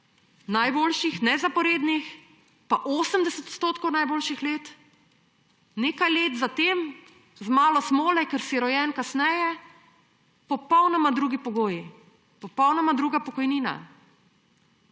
najboljših, ne zaporednih, pa 80 % najboljših let, nekaj let za tem z malo smole, ker si rojen kasneje, popolnoma drugi pogoji, popolnoma druga pokojnina.